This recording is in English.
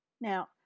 Now